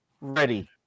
Ready